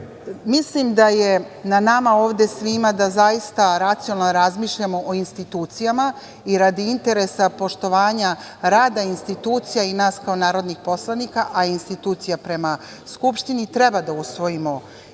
temu. Mislim da je na nama ovde svima da zaista racionalno razmišljamo o institucijama i radi interesa poštovanja rada institucija i nas kao narodnih poslanika, a institucija prema Skupštini. Treba da usvojimo izveštaj